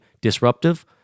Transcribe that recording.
disruptive